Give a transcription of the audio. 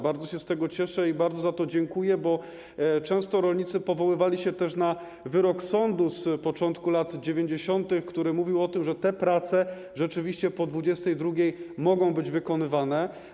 Bardzo się z tego cieszę i bardzo za to dziękuję, bo często rolnicy powoływali się też na wyrok sądu z początku lat 90., który mówił o tym, że te prace rzeczywiście po godz. 22 mogą być wykonywane.